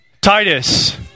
Titus